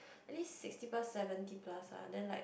I think sixty plus seventy plus lah then like